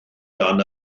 dan